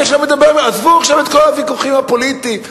עזבו עכשיו את כל הוויכוחים הפוליטיים,